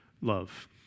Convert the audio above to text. love